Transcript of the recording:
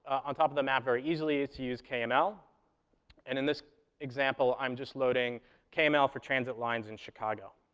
on top of the map very easily is to use kml. and in this example, i'm just loading kml for transit lines in chicago.